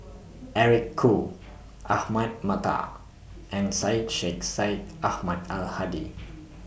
Eric Khoo Ahmad Mattar and Syed Sheikh Syed Ahmad Al Hadi